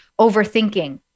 overthinking